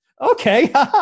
Okay